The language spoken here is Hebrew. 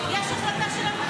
יש החלטה.